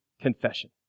confession